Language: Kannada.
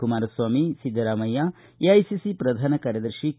ಕುಮಾರಸ್ವಾಮಿ ಸಿದ್ದರಾಮಯ್ಯ ಎಐಸಿಸಿ ಪ್ರಧಾನ ಕಾರ್ಯದರ್ಶಿ ಕೆ